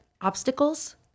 obstacles